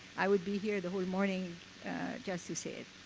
i would be here the whole morning just to say it.